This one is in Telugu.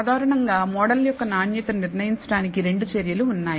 సాధారణంగా మోడల్ యొక్క నాణ్యతను నిర్ణయించడానికి రెండు చర్యలు ఉన్నాయి